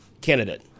candidate